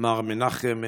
מר מנחם בגין.